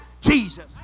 Jesus